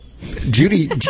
Judy